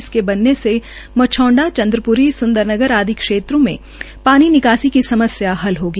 इसके बनने से मछौंडा चंद्रप्री सुंदर नगर आदि क्षेत्रों से पानी निकासी की समस्या हल होगी